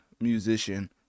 musician